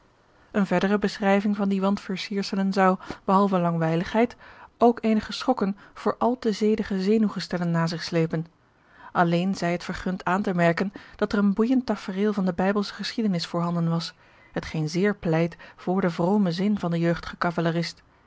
eene verdere beschrijving van die wandversierselen zou behalve langwijligheid ook eenige schokken voor al te zedige zenuwgestellen na zich slepen alleen zij het vergund aan te merken dat er een boeijend tafereel van de bijbelsche geschiedenis voorhanden was hetgeen zeer pleit voor den vromen zin van den jeugdigen